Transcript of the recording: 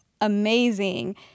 amazing